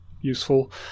useful